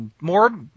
more